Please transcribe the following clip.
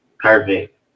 Perfect